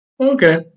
Okay